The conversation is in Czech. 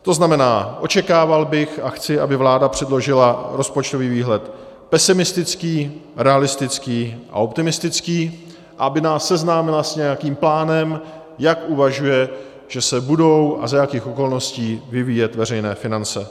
To znamená, očekával bych a chci, aby vláda předložila rozpočtový výhled pesimistický, realistický a optimistický a aby nás seznámila s nějakým plánem, jak uvažuje, že se budou a za jakých okolností vyvíjet veřejné finance.